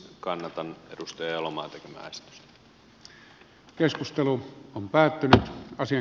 kannatan edustaja elomaan tekemää esitystä